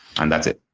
and that's it.